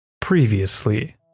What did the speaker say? Previously